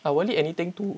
I will lead anything to